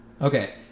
Okay